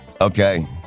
Okay